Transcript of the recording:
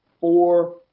four